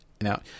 Now